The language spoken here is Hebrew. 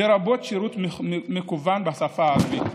לרבות שירות מקוון בשפה הערבית,